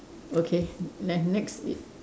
okay ne~ next it